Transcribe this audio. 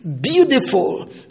beautiful